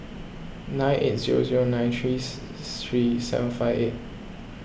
nine eight zero zero nine three three seven five eight